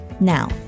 Now